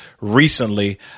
recently